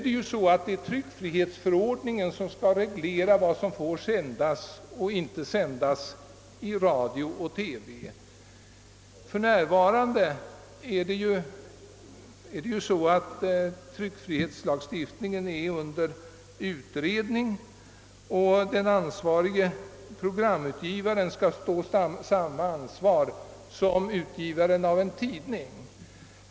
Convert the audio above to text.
Det är vidare tryckfrihetsförordningen som skall reglera vad som får sägas och inte sägas i radio och TV. För närvarande är tryckfrihetslagstiftningen under utredning, och den ansvarige programutgivaren skall stå under samma ansvar som utgivaren av en tidning.